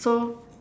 so